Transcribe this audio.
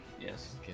Yes